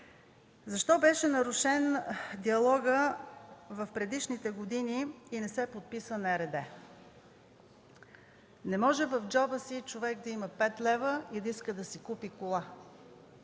Защо беше нарушен диалогът в предишните години и не се подписа НРД? Не може човек да има в джоба си 5 лева и да иска да си купи кола.